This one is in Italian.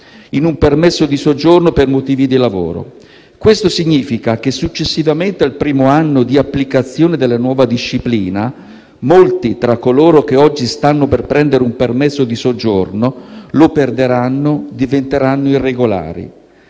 in un permesso di soggiorno per motivi di lavoro. Questo significa che successivamente al primo anno di applicazione della nuova disciplina, molti tra coloro che oggi stanno per prendere un permesso di soggiorno lo perderanno, diventando irregolari.